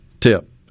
tip